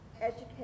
educate